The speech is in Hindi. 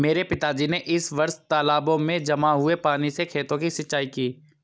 मेरे पिताजी ने इस वर्ष तालाबों में जमा हुए पानी से खेतों की सिंचाई की